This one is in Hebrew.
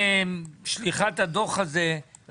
לא הפצתי את הדוח לחברים